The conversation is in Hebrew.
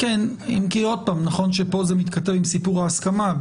אם כי פה זה מתכתב עם סיפור ההסכמה.